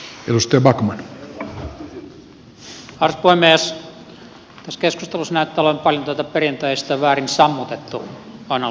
tässä keskustelussa näyttää olevan paljon tätä perinteistä väärin sammutettu analyysia